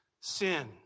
sin